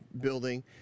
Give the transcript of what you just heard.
building